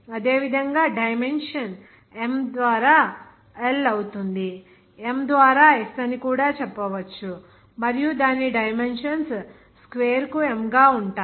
అదేవిధంగా dimension m ద్వారా l అవుతుంది మరియు మీరు m ద్వారా s అని కూడా చెప్పవచ్చు మరియు దాని డైమెన్షన్స్ స్క్వేర్ కు m గా ఉంటాయి